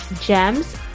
GEMS